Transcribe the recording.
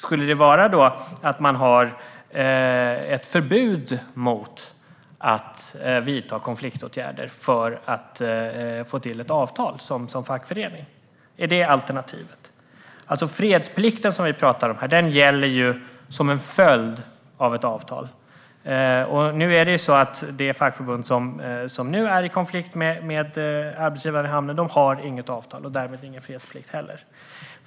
Skulle det vara att man har ett förbud mot att vidta konfliktåtgärder för att få till ett avtal som fackförening? Är det alternativet? Fredsplikten som vi talar om gäller som en följd av ett avtal. Det fackförbund som nu är i konflikt med arbetsgivaren i hamnen har inget avtal och därmed heller ingen fredsplikt.